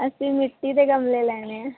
ਅਸੀਂ ਮਿੱਟੀ ਦੇ ਗਮਲੇ ਲੈਣੇ ਹੈ